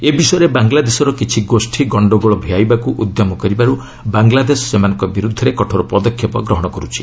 ଏ ବିଷୟରେ ବାଂଲାଦେଶର କିଛି ଗୋଷୀ ଗଣ୍ଡଗୋଳ ଭିଆଇବାକୁ ଉଦ୍ୟମ କରିବାରୁ ବାଂଲାଦେଶ ସେମାନଙ୍କ ବିରୁଦ୍ଧରେ କଠୋର ପଦକ୍ଷେପ ଗ୍ରହଣ କରିଛି